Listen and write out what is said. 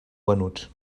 venuts